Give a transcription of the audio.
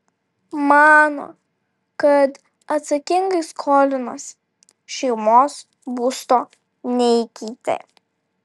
mano kad atsakingai skolinosi šeimos būsto neįkeitė